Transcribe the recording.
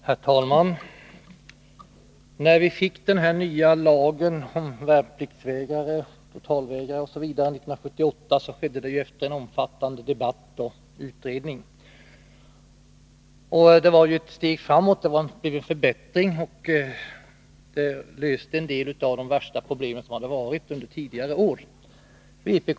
Herr talman! När vi fick den här nya lagen om värnpliktsvägrare, totalvägrare m.m. 1978, skedde det efter omfattande debatt och utredning. Det togs ett steg framåt, och vissa av de problem som funnits under tidigare år löstes.